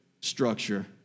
structure